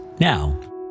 now